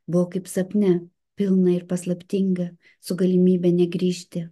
buvo kaip sapne pilna ir paslaptinga su galimybe negrįžti